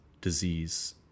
disease